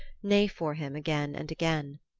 neigh for him again and again.